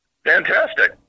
Fantastic